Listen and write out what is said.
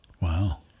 Wow